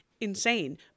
insane